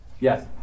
Yes